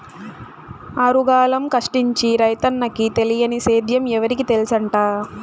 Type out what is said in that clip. ఆరుగాలం కష్టించి రైతన్నకి తెలియని సేద్యం ఎవరికి తెల్సంట